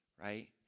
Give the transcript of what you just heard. right